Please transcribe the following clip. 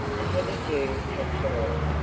a heavy dew had fallen.